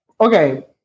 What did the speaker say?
Okay